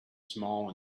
small